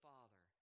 Father